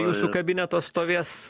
jūsų kabineto stovės